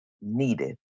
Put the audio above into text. needed